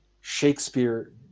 Shakespeare